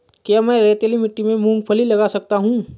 क्या मैं रेतीली मिट्टी में मूँगफली लगा सकता हूँ?